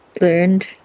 learned